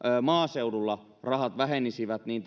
maaseudulla rahat vähenisivät niin